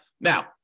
Now